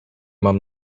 mam